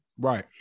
right